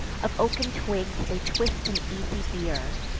of oaken twigs they twist an easy bier,